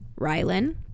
Rylan